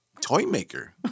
Toymaker